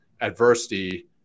adversity